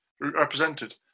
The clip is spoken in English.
represented